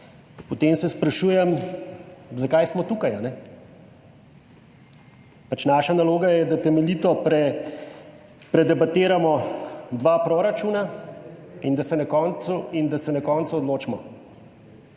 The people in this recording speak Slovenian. potem se sprašujem, zakaj smo tukaj. Naša naloga je, da temeljito predebatiramo dva proračuna in da se na koncu odločimo.